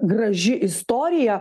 graži istorija